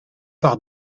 par